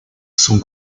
son